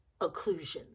occlusion